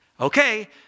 Okay